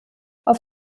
auf